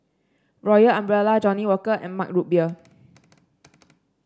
Royal Umbrella Johnnie Walker and Mug Root Beer